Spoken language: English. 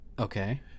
Okay